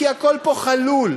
כי הכול פה חלול,